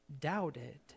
doubted